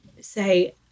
say